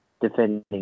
defending